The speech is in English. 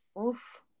Oof